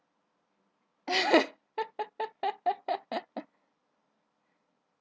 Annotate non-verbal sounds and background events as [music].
[laughs]